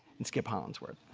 and skip hollandsworth.